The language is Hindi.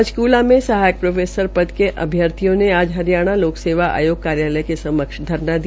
पंचक्ला में सहायक प्रोफेसर पद के अभ्यार्थियों ने आज हरियाणा लोक सेवा आयोग कार्यालय के समक्ष धरना दिया